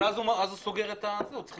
אז הוא סוגר את המבנה.